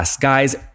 Guys